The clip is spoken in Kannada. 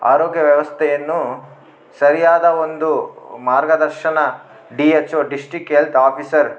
ಆರೋಗ್ಯ ವ್ಯವಸ್ಥೆಯನ್ನು ಸರಿಯಾದ ಒಂದು ಮಾರ್ಗದರ್ಶನ D H O district health officer